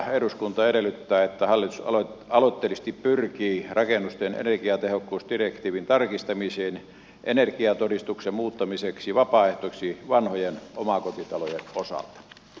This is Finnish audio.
eduskunta edellyttää että hallitus aloitteellisesti pyrkii rakennusten energiatehokkuusdirektiivin tarkistamiseen energiatodistuksen muuttamiseksi vapaaehtoiseksi vanhojen omakotitalojen osalta